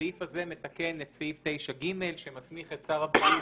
הסעיף הזה מתקן את סעיף 9ג שמסמיך את שר הבריאות,